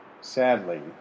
Sadly